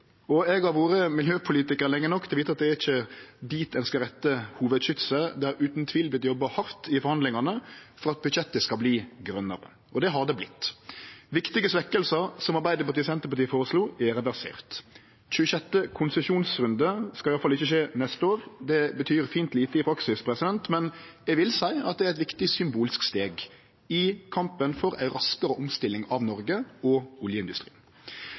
Eg har vore miljøpolitikar lenge nok til å vite at det er ikkje dit ein skal rette hovudskytset – det har utan tvil vore jobba hardt i forhandlingane for at budsjettet skal verte grønare, og det har det vorte. Viktige svekkingar som Arbeidarpartiet og Senterpartiet føreslo, er reverserte. Den 26. konsesjonsrunden skal iallfall ikkje skje neste år. Det betyr fint lite i praksis, men eg vil seie det er eit viktig symbolsk steg i kampen for ei raskare omstilling av Noreg og oljeindustrien.